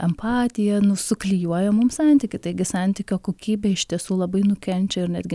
empatija nu suklijuoja mums santykį taigi santykio kokybė iš tiesų labai nukenčia ir netgi